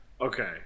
okay